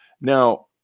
now